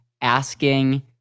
asking